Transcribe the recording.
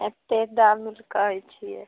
एतेक दाम कहै छिए